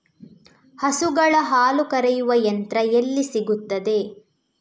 ಹಸುಗಳ ಹಾಲು ಕರೆಯುವ ಯಂತ್ರ ಎಲ್ಲಿ ಸಿಗುತ್ತದೆ?